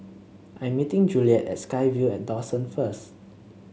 I'm meeting Juliette at SkyVille and Dawson first